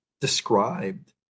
described